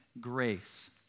grace